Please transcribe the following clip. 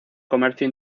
comercio